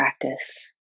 practice